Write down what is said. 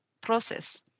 process